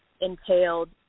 entailed